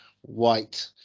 white